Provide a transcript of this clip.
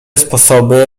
sposoby